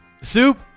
Soup